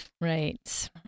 Right